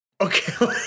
Okay